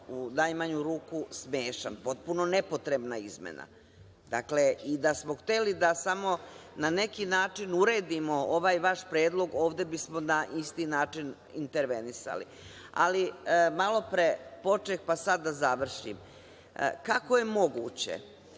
u najmanju ruku, smešan, potpuno nepotrebna izmena. Dakle, da smo hteli da samo na neki način uredimo ovaj vaš predlog, ovde bismo na isti način intervenisali. Malopre počeh, pa sada da završim. Kako je moguće